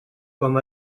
com